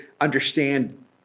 understand